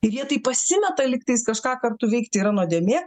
ir jie taip pasimeta lygtais kažką kartu veikti yra nuodėmė